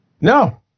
no